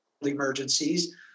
emergencies